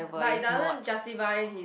but it doesn't justify his